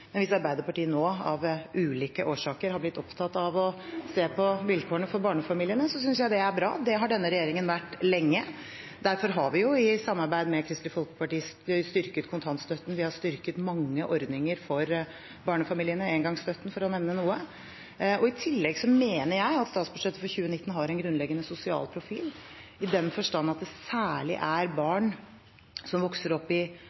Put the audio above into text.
men hvis Arbeiderpartiet nå av ulike årsaker har blitt opptatt av å se på vilkårene for barnefamiliene, synes jeg det er bra. Det har denne regjeringen vært lenge. Derfor har vi, i samarbeid med Kristelig Folkeparti, styrket kontantstøtten. Vi har styrket mange ordninger for barnefamiliene – engangsstøtten for å nevne noe. I tillegg mener jeg at statsbudsjettet for 2019 har en grunnleggende sosial profil, i den forstand at det særlig er barn som vokser opp i